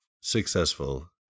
successful